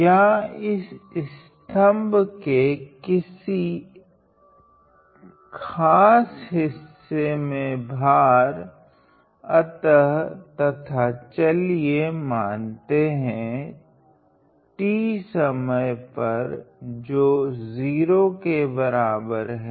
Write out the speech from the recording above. या इस स्तम्भ के किसी खास हिस्से मे भार अतः तथा चलिए मानते है t समय पर जो 0 के बराबर हैं